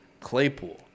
Claypool